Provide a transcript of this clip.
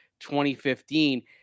2015